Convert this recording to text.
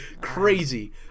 crazy